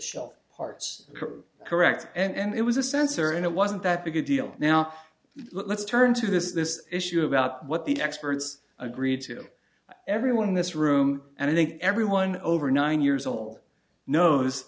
shelf parts correct and it was a sensor and it wasn't that big a deal now let's turn to this issue about what the experts agreed to everyone in this room and i think everyone over nine years old knows